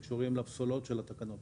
תודה.